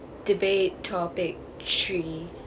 debate topic three